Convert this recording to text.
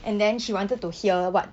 and then she wanted to hear [what]